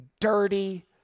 dirty